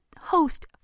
host